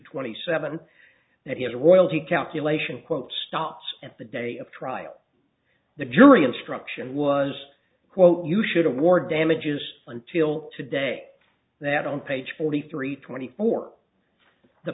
wenty seven that is a royalty calculation quote stops at the day of trial the jury instruction was quote you should award damages until today that on page forty three twenty four the